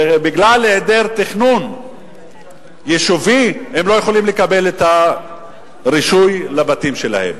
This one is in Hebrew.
בגלל היעדר תכנון יישובי הם לא יכולים לקבל את הרישוי לבתים שלהם.